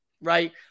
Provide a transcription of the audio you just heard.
Right